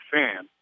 fan